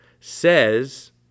says